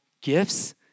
gifts